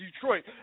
Detroit